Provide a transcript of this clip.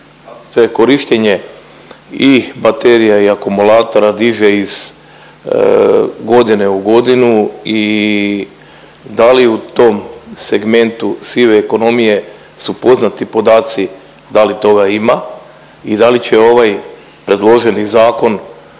korištenje i baterija i akumulatora diže iz godine u godinu i da li u tom segmentu sive ekonomije su poznati podaci da li toga ima i da li će ovaj predloženi zakon,